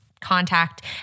contact